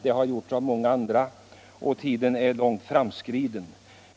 Det har gjorts av många andra och tiden är långt framskriden.